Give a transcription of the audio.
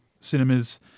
cinemas